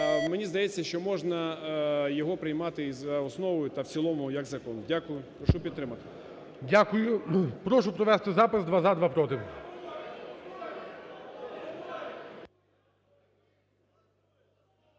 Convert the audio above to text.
мені здається, що можна його приймати за основу та в цілому як закон. Дякую. Прошу підтримати. ГОЛОВУЮЧИЙ. Дякую. Прошу провести запис: два – за, два – проти.